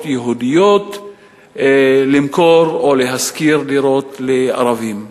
יהודיות למכור או להשכיר דירות לערבים.